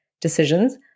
decisions